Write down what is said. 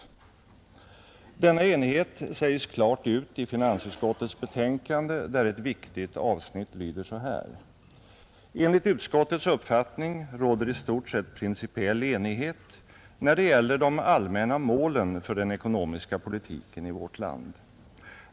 Att en sådan enighet föreligger sägs också klart ut i finansutskottets betänkande, där ett viktigt avsnitt har följande lydelse: ”Enligt utskottets uppfattning råder i stort sett principiell enighet när det gäller de allmänna målen för den ekonomiska politiken i vårt land.